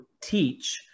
teach